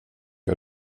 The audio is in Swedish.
har